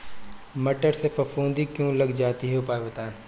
मटर में फफूंदी क्यो लग जाती है उपाय बताएं?